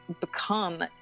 become